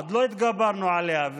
עוד לא התגברנו עליה,